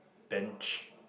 benches